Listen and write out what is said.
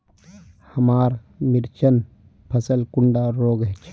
हमार मिर्चन फसल कुंडा रोग छै?